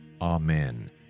Amen